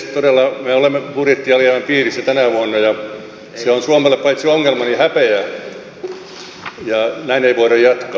todella me olemme budjettialijäämän piirissä tänä vuonna ja se on suomelle paitsi ongelma myös häpeä ja näin ei voida jatkaa